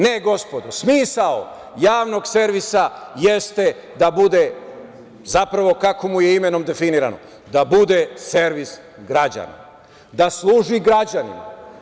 Ne, gospodo, smisao javnog servisa jeste da bude zapravo kako mu je imenom definisano, da bude servis građana, da služi građanima.